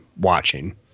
watching